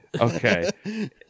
Okay